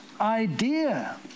idea